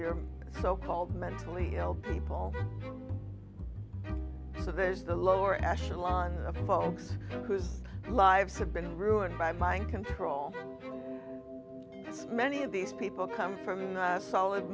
your so called mentally ill people so there's the lower echelon of folks whose lives have been ruined by mind control this many of these people come from solid